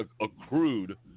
accrued